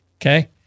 Okay